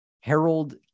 Harold